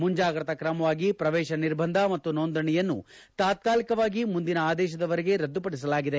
ಮುಂಜಾಗ್ರತಾ ಕ್ರಮವಾಗಿ ಪ್ರವೇಶ ನಿರ್ಬಂಧ ಮತ್ತು ನೋಂದಣಿಯನ್ನು ತಾತ್ಕಾಲಿಕವಾಗಿ ಮುಂದಿನ ಆದೇಶದವರೆಗೆ ರದ್ದುಪಡಿಸಲಾಗಿದೆ